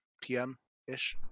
p.m.-ish